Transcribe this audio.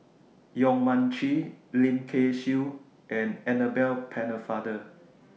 Yong Mun Chee Lim Kay Siu and Annabel Pennefather